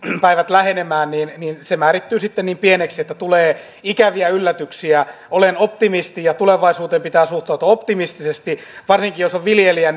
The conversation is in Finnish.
lähenemään eläke määrittyy niin pieneksi että tulee ikäviä yllätyksiä olen optimisti ja tulevaisuuteen pitää suhtautua optimistisesti varsinkin jos on viljelijä